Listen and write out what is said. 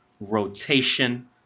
rotation